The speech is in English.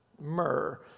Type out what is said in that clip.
Myrrh